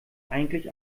eigentlich